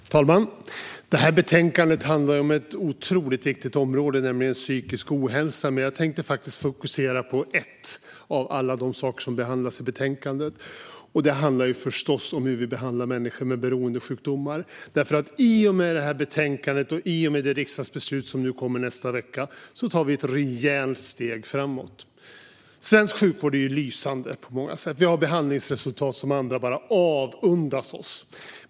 Fru talman! Detta betänkande handlar om ett otroligt viktigt område, nämligen psykisk ohälsa. Men jag tänkte faktiskt fokusera på en av alla de saker som behandlas i betänkandet. Det handlar förstås om hur vi behandlar människor med beroendesjukdomar. I och med detta betänkande och i och med det riksdagsbeslut som kommer att fattas nästa vecka tar vi ett rejält steg framåt. Svensk sjukvård är lysande på många sätt. Vi har behandlingsresultat som andra bara avundas oss.